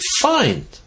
find